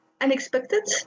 unexpected